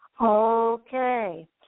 Okay